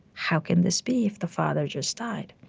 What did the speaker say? how can this be if the father just died?